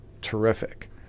terrific